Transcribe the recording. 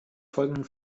folgenden